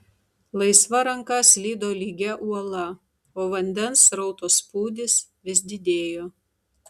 laisva ranka slydo lygia uola o vandens srauto spūdis vis didėjo